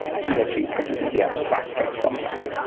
he or she is completely abstracted from that.